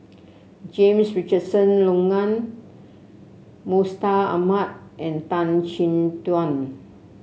James Richardson Logan Mustaq Ahmad and Tan Chin Tuan